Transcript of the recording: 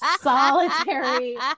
solitary